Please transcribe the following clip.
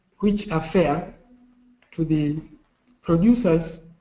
which are fair to the producers